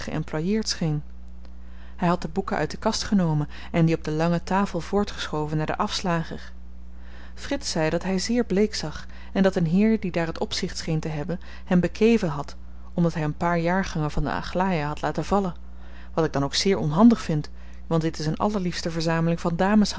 geëmploieerd scheen hy had de boeken uit de kasten genomen en die op de lange tafel voortgeschoven naar den afslager frits zei dat hy zeer bleek zag en dat een heer die daar het opzicht scheen te hebben hem bekeven had omdat hy een paar jaargangen van de aglaia had laten vallen wat ik dan ook zeer onhandig vind want dit is een allerliefste verzameling van dames